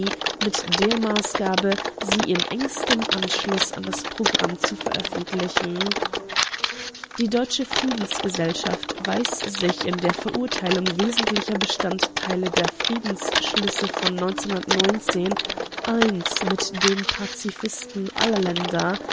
mit der maßgabe sie in engstem anschluß an das programm zu veröffentlichen die deutsche friedensgesellschaft weiß sich in der verurteilung wesentlicher bestandteile der friedensschlüsse von eins mit den pazifisten aller länder